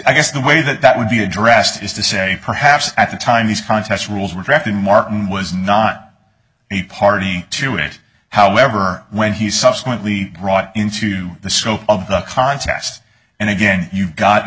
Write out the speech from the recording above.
i guess the way that that would be addressed is to say perhaps at the time these contest rules were drafted martin was not a party to it however when he subsequently brought into the scope of the contest and again you've got a